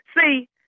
see